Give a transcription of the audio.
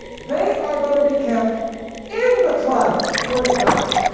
they are going to be kept in the trial when it comes.